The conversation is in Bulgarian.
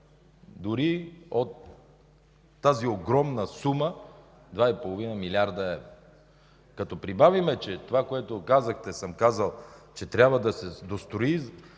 дори от тази огромна сума 2,5 млрд. евро, като прибавим това, което казахте, че съм казал – че трябва да се дострои.